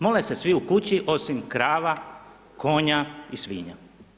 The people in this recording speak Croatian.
Mole se svi u kući osim krava, konja i svinja.